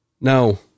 No